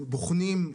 בוחנים,